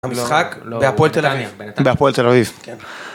המשחק בהפועל תל אביב, בהפועל תל אביב.